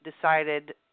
decided